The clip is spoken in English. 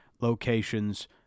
locations